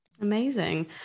Amazing